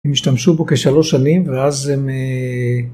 הם השתמשו בו כשלוש שנים ואז הם..